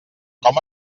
com